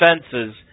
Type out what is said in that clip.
fences